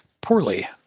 poorly